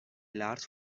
large